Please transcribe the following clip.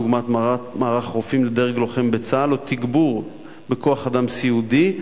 דוגמת מערך רופאים לדרג לוחם בצה"ל או תגבור בכוח-אדם סיעודי,